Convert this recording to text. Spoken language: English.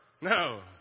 No